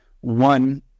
one